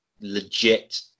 legit